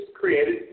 created